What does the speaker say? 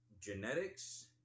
genetics